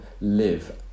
live